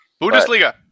Bundesliga